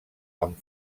amb